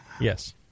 Yes